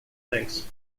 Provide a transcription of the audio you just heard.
links